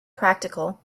practical